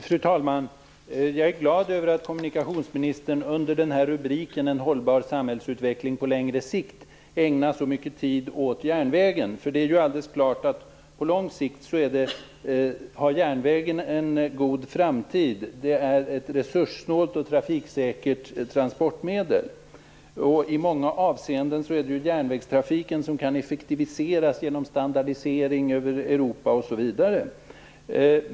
Fru talman! Jag är glad över att kommunikationsministern under rubriken "En hållbar samhällsutveckling på längre sikt" ägnar så mycket tid åt järnvägen. Det är nämligen alldeles klart att järnvägen har en god framtid på lång sikt. Det är ett resurssnålt och trafiksäkert transportmedel. I många avseenden är det järnvägstrafiken som kan effektiviseras genom standardisering över Europa osv.